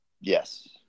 Yes